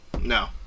no